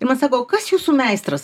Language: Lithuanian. ir man sako o kas jūsų meistras